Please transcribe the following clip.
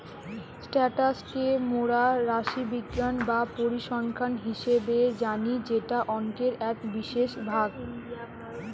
status কে মোরা রাশিবিজ্ঞান বা পরিসংখ্যান হিসেবে জানি যেটা অংকের এক বিশেষ ভাগ